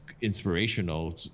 inspirational